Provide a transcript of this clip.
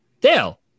Dale